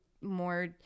more